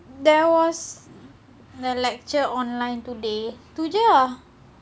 there was a lecture online today tu jer ah